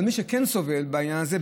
אבל מי שכן סובל בעניין הזה,